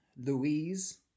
Louise